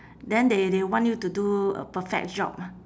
then they they want you to do a perfect job